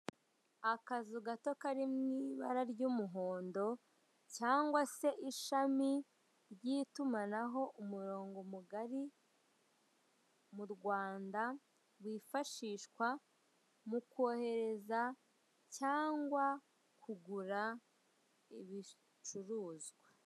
Akazu gato kari mu ibara ry'umuhondo, cyangwa se Ishami ry'itumanaho, umurongo mugari mu Rwanda, wifashishwa mu kohereza cyangwa kugura ibicuruzwa.